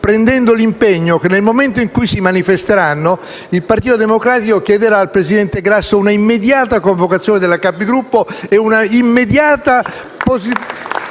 prendendo l'impegno che, nel momento in cui esse si manifesteranno, il Partito Democratico chiederà al presidente Grasso una immediata convocazione della Conferenza dei Capigruppo e una immediata iscrizione